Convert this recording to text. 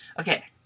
okay